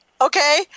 okay